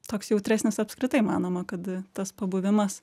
toks jautresnis apskritai manoma kad tas pabuvimas